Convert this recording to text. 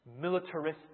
militaristic